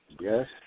Yes